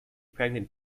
pregnant